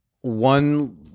one –